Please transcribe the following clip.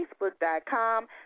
facebook.com